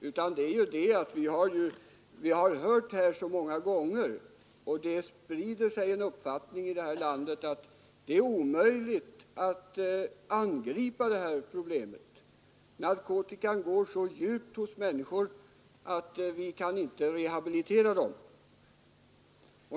Jag syftade på att det så många gånger sagts här och att det sprider sig en uppfattning i landet att det är omöjligt att angripa detta problem — narkotikan går så djupt hos människor att vi inte kan rehabilitera dem.